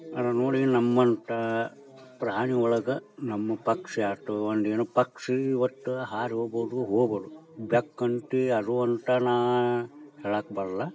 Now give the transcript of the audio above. ಅದನ್ನ ನೋಡಿ ನಮ್ಮಂಥ ಪ್ರಾಣಿ ಒಳಗೆ ನಮ್ಮ ಪಕ್ಷಿ ಆಯ್ತು ಒಂದು ಏನು ಪಕ್ಷಿ ಒಟ್ಟು ಹಾರಿ ಹೋಗೋದು ಹೋಗೋದು ಬೆಕ್ಕು ಅಂತೀ ಅದು ಅಂತ ನಾನು ಹೇಳೋಕ್ಬರೋಲ್ಲ